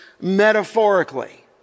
metaphorically